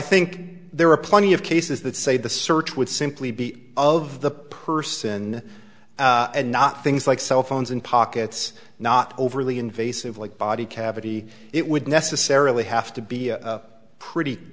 think there are plenty of cases that say the search would simply be of the person and not things like cell phones in pockets not overly invasive like body cavity it would necessarily have to be a pretty